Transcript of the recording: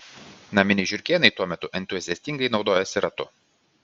naminiai žiurkėnai tuo metu entuziastingai naudojasi ratu